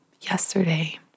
yesterday